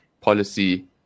policy